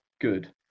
good